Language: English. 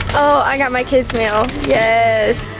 oh, i got my kids meal. yes.